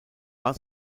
war